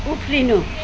उफ्रिनु